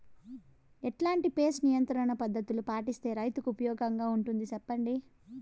ఎట్లాంటి పెస్ట్ నియంత్రణ పద్ధతులు పాటిస్తే, రైతుకు ఉపయోగంగా ఉంటుంది సెప్పండి?